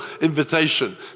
invitation